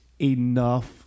enough